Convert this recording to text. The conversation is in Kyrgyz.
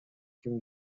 ким